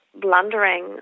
blundering